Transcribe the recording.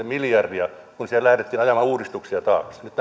miljardia kun siellä hänen toimestaan lähdettiin ajamaan uudistuksia taakse nyt